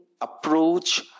approach